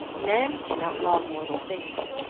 man cannot love mortal things.